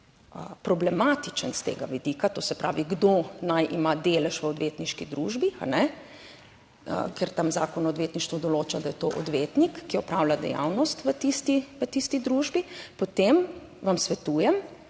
problematičen s tega vidika, to se pravi, kdo naj ima delež v odvetniški družbi, ker tam Zakon o odvetništvu določa, da je to odvetnik, ki opravlja dejavnost v tisti družbi, potem vam svetujem,